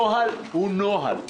נוהל הוא נוהל,